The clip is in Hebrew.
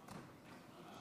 תודה רבה.